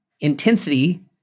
Intensity